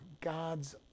God's